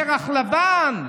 פרח לבן,